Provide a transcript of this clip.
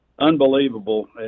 unbelievable